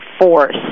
Force